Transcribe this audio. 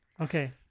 Okay